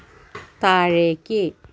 താഴേക്ക്